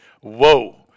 Whoa